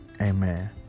Amen